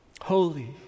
holy